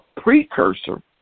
precursor